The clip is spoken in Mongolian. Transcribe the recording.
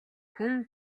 хүн